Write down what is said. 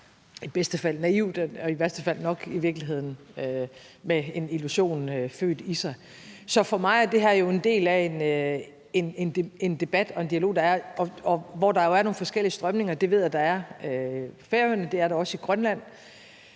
i bedste fald være naivt og i værste fald nok i virkeligheden med en illusion født i sig. Så for mig er det her jo en del af en debat og en dialog, der er, og hvor der er nogle forskellige strømninger – det ved jeg der er – på Færøerne, og det er der også i Grønland,